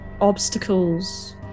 obstacles